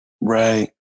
Right